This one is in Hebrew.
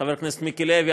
חבר הכנסת מיקי לוי,